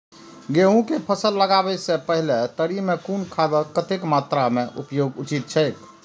गेहूं के फसल लगाबे से पेहले तरी में कुन खादक कतेक मात्रा में उपयोग उचित छेक?